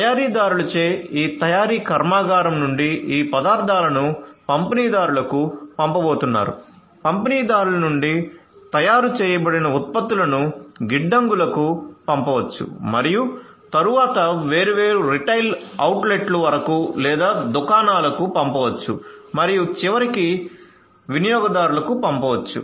తయారీదారులచే ఈ తయారీ కర్మాగారం నుండి ఈ పదార్థాలను పంపిణీదారులకు పంపబోతున్నారు పంపిణీదారుల నుండి తయారు చేయబడిన ఉత్పత్తులను గిడ్డంగులకు పంపవచ్చు మరియు తరువాత వేర్వేరు రిటైల్ అవుట్లెట్లు వరకు లేదా దుకాణాలకు పంపవచ్చు మరియు చివరికి చివరి వినియోగదారులు కు పంపవచ్చు